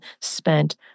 spent